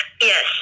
Yes